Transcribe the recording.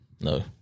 No